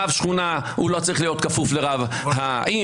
רב שכונה לא צריך להיות כפוף לרב העיר,